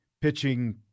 pitching